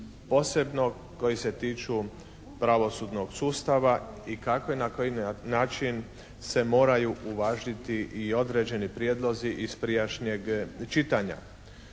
posebno koji se tiču pravosudnog sustava i kako, na koji način se moraju uvažiti i određeni prijedlozi iz prijašnjeg čitanja.